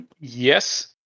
Yes